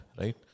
right